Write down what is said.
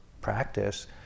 practice